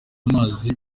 amazi